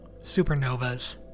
supernovas